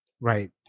Right